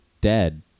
dead